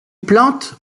plantes